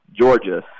Georgia